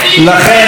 לכן,